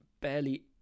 barely